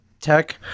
tech